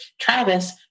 Travis